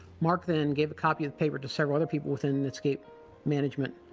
mark then gave a copy of the paper to several other people within netscape management,